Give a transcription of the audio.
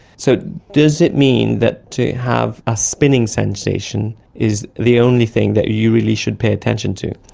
so does it mean that to have a spinning sensation is the only thing that you really should pay attention to?